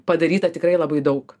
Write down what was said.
padaryta tikrai labai daug